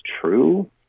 true